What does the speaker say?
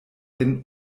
denn